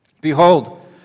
Behold